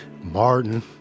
martin